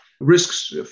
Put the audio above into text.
risks